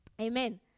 Amen